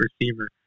receiver